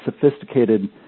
sophisticated